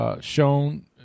Shown